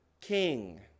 king